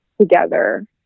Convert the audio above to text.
together